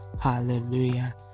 Hallelujah